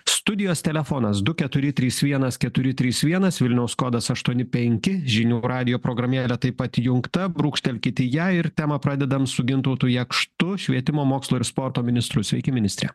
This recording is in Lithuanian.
studijos telefonas du keturi trys vienas keturi trys vienas vilniaus kodas aštuoni penki žinių radijo programėle taip pat įjungta brūkštelkit į ją ir temą pradedam su gintautu jakštu švietimo mokslo ir sporto ministru sveiki ministre